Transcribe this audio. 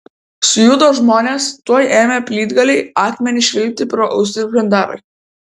sujudo žmonės tuoj ėmė plytgaliai akmenys švilpti pro ausis žandarui